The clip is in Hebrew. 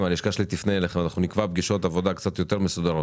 אנחנו נקבע פגישות עבודה קצת יותר מסודרות,